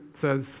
says